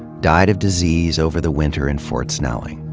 died of disease over the winter in fort snelling.